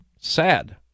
Sad